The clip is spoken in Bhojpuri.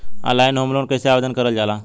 ऑनलाइन होम लोन कैसे आवेदन करल जा ला?